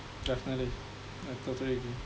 definitely I totally agree